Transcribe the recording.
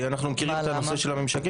כי אנחנו מכירים את הנושא של הממשקים,